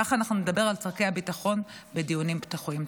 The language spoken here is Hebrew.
ככה אנחנו נדבר על צורכי הביטחון בדיונים פתוחים.